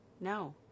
no